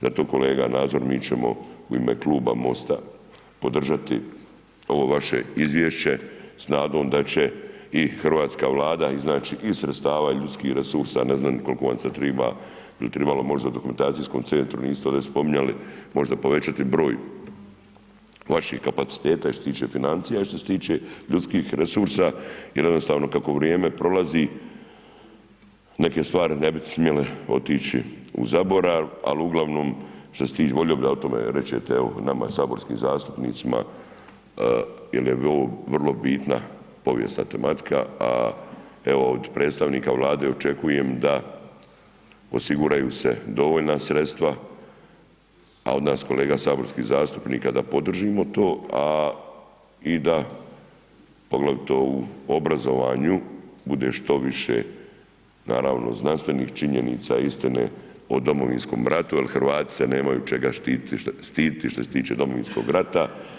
Zato kolega Nazor mi ćemo u ime kluba MOST-a podržati ovo izvješće s nadom da će i hrvatska Vlada iznaći i sredstava i ljudskih resursa, ne znam ni koliko vam to treba, bi li trebalo možda u Dokumentacijskom centru, niste ovdje spominjali, možda povećati broj vaših kapaciteta i što se tiče financija i što se tiče ljudskih resursa jel jednostavno kako vrijeme prolazi neke stvari ne bi smjele otići u zaborav, al uglavnom što se tiče volio bih da o tome rečete nama saborskim zastupnicima jel je ovo vrlo bitna povijesna tematika, a evo od predstavnika Vlade očekujem da osiguraju se dovoljna sredstva, a od nas kolega saborskih zastupnika da podržimo to, a i da poglavito u obrazovanju bude što više naravno znanstvenih činjenica, istine o Domovinskom ratu jer Hrvati se nemaju čega stiditi što se tiče Domovinskog rata.